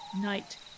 Night